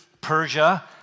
Persia